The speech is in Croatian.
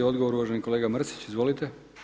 Odgovor uvaženi kolega Mrsić, izvolite.